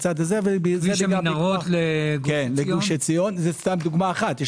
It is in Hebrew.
כביש המנהרות לגוש עציון זו דוגמה אחת.